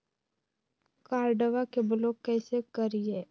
कार्डबा के ब्लॉक कैसे करिए?